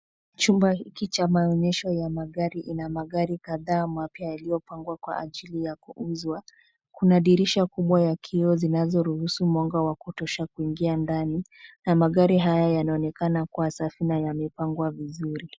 Chumba hiki cha maonyesho ya magari ina magari kadhaa mapya yaliyopangwa kwa ajili ya kuuzwa. Kuna dirisha kubwa ya kioo ambazo zinaruhusu mwanga wa kutosha kuingia ndani, na magari haya yanaonekana kuwa safi na yamepangwa vizuri.